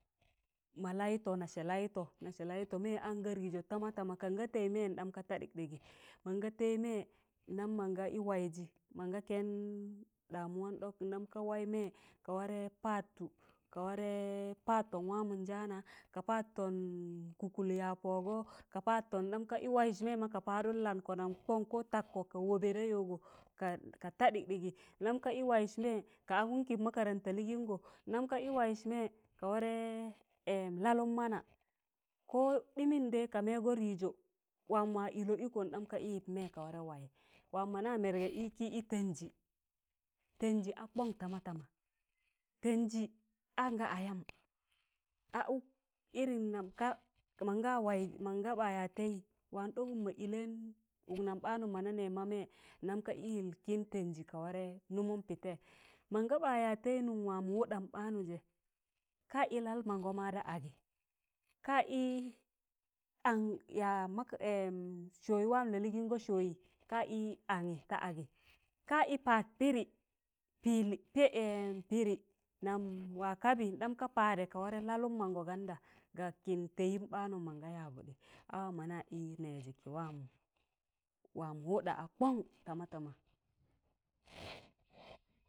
ma layụtọ nasẹ layụtọ nasẹ layụtọ mẹẹ anga rịzọ tama tama, kanga tẹị mẹẹ ndam ka taa dịkɗịgị mọnga tẹị mẹẹ ndam mọnga ị waịzị mọnga kẹn ɗamuwan ɗok ndam ka waị mẹẹ ka warẹ patụ ka ware padton wamọn jama, ka padtọn kụkụl ya pọgọ, ka padtọn ndam kaɗụm waịs mẹẹ ma ka padụn langọ nam kọṇ ko tagkọ ka wọbẹ da yọgọ, ka ta ḍịkdịgi,̣ ndam ka ị waịz mẹẹ ka angụm kịn makaranta lịgịngọ ndam ka ị waịz mẹẹ ka warẹ lalụn mana ko ɗimin dai ka mẹẹ ga rịjọ wam ma ịlọ ịkọ ndam kanụm yịp mẹẹ ka warẹ wayị. wam mọna mẹrgẹ ịkị ị tẹnjị tẹnjị a kọn tama tama tẹnjị anga ayam a ụk irim mọnga ɓaa yas tẹị wam ɗọk mọ ịlẹm ụk nam ɓ̣aanụm mọna nẹ ma mẹẹ ndam ka ɗụm yịl kịn tẹnjị ka warẹ nụmụm pịtẹịyẹ mọnga ɓaa yas tẹị nụm wamọ wụḍam ḍaanụịjẹ ka ị lal mangọ ma da agị ka ị sọụ wam lalịgịngọ sọụwịị ka ị angị ta agị ka ị pad pịdị. pili tei i nam wa kabị ndam ka padẹ ka warẹ lallụn mangọ nganda kan kịn tẹị ɓ̣aanụm mọnga yabuḍị a wam mọna ị nẹji wamọ wuḍa a koṇ tama tama.